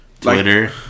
Twitter